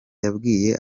yabwiye